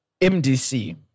MDC